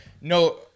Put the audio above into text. no